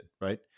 right